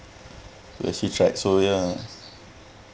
to actually try so ya